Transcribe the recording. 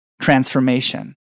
transformation